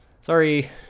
Sorry